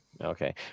Okay